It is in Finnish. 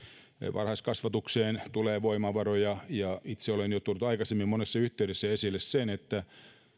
varhaiskasvatukseen tulee voimavaroja itse olen tuonut jo aikaisemmin monessa yhteydessä esille sen että